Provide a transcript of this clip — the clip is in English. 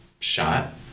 shot